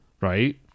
right